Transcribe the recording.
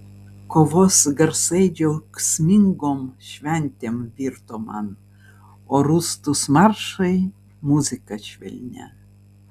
kovos garsai džiaugsmingom šventėm virto man o rūstūs maršai muzika švelnia